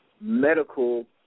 medical